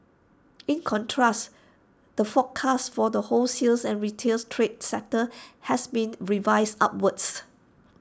in contrast the forecast for the wholesales and retails trade sector has been revised upwards